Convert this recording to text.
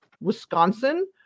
Wisconsin